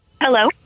Hello